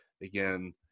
again